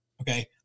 Okay